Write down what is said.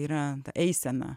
yra ta eisena